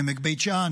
עמק בית שאן,